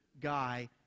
guy